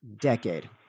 decade